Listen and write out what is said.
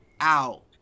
out